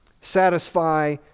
satisfy